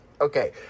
Okay